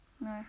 No